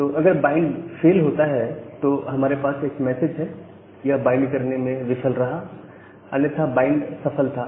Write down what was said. तो अगर bind fail होता है तो हमारे पास एक मैसेज है "यह बाइंड करने में विफल रहा " अन्यथा बाइंड सफल था